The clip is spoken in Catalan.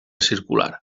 circular